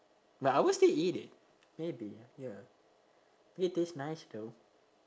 but I will still eat it maybe ya it taste nice though